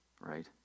right